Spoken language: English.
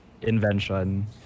invention